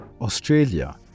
Australia